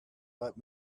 let